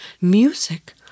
Music